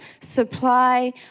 supply